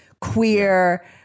queer